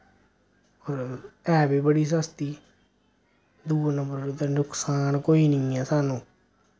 और है वि बड़ी सस्ती दुए नंबर पर ते नुक्सान कोई नि ऐ स्हानूं